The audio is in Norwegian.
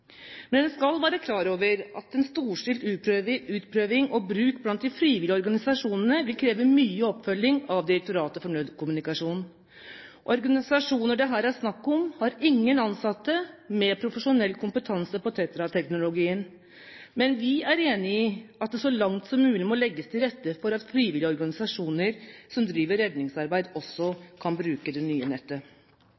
Men en skal være klar over at en storstilt utprøving og bruk blant de frivillige organisasjonene vil kreve mye oppfølging av Direktoratet for nødkommunikasjon. Organisasjoner det her er snakk om, har ingen ansatte med profesjonell kompetanse på TETRA-teknologien. Men vi er enige i at det så langt som mulig må legges til rette for at frivillige organisasjoner som driver redningsarbeid, også